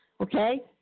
Okay